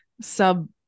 sub